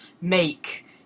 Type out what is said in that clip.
make